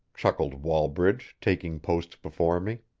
chuckled wallbridge, taking post before me.